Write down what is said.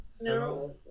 No